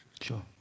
Sure